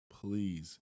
Please